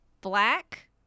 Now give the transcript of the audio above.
black